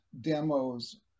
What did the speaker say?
demos